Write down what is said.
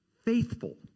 faithful